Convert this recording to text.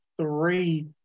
three